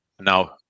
now